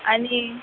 आणि